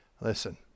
Listen